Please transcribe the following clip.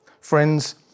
Friends